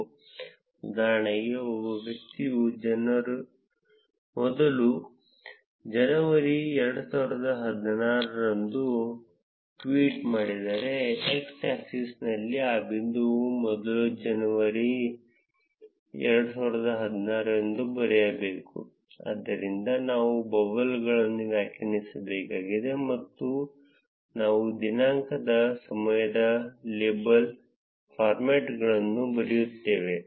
ಉದಾಹರಣೆಗೆ ಒಬ್ಬ ವ್ಯಕ್ತಿಯು ಮೊದಲ ಜನವರಿ 2016 ರಂದು ಟ್ವೀಟ್ ಮಾಡಿದರೆ x ಆಕ್ಸಿಸ್ನಲ್ಲಿ ಆ ಬಿಂದುವನ್ನು ಮೊದಲ ಜನವರಿ 2016 ಎಂದು ಬರೆಯಬೇಕು ಆದ್ದರಿಂದ ನಾವು ಲೇಬಲ್ಗಳನ್ನು ವ್ಯಾಖ್ಯಾನಿಸಬೇಕಾಗಿದೆ ಮತ್ತು ನಾವು ದಿನಾಂಕದ ಸಮಯದ ಲೇಬಲ್ ಫಾರ್ಮ್ಯಾಟ್ಗಳನ್ನು ಬರೆಯುತ್ತೇವೆ